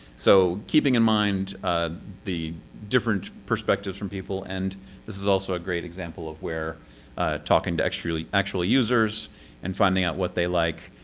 so keeping in mind ah the different perspectives from people, and this is also a great example of where talking to actual actual users and finding out what they like